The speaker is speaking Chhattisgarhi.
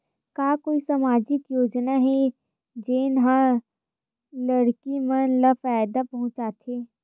का कोई समाजिक योजना हे, जेन हा लड़की मन ला फायदा पहुंचाथे?